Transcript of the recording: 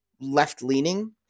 left-leaning